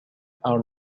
are